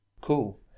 Cool